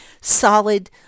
solid